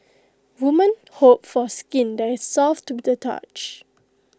women hope for skin that is soft to the touch